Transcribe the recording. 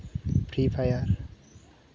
Free Fire